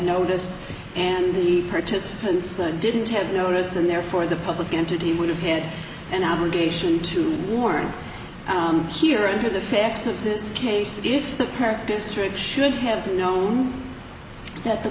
noticed and the participants and didn't have notice and therefore the public entity would have had an obligation to worn down here into the facts of this case if the current district should have known that the